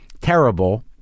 terrible